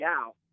out